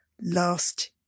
last